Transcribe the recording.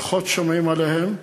פחות שומעים עליהם,